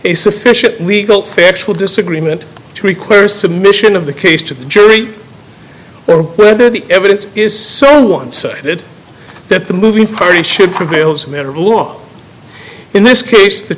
a sufficient legal factual disagreement to require submission of the case to the jury or whether the evidence is so one sided that the moving party should prevails law in this case the